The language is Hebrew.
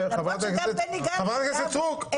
למרות שגם בני גנץ --- חברת הכנסת סטרוק,